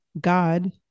God